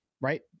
right